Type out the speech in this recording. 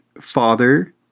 father